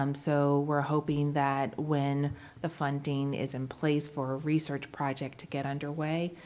um so we're hoping that when the funding is in place for our research project to get underway,